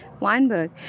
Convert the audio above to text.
Weinberg